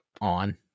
on